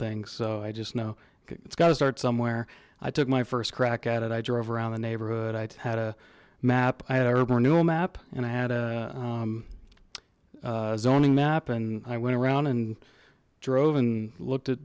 things so i just know it's got to start somewhere i took my first crack at it i drove around the neighborhood i had a map i had a renewal map and i had a zoning map and i went around and drove and looked at